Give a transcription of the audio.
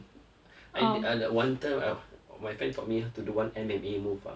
I did I like one time I my friend taught me how to do one M_M_A move ah